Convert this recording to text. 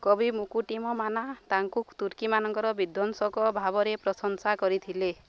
କବି ମୁକୁଟିମମାନା ତାଙ୍କୁ ତୁର୍କୀମାନଙ୍କର ବିଧ୍ୱଂସକ ଭାବରେ ପ୍ରଶଂସା କରିଥିଲେ